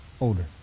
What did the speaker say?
older